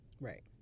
Right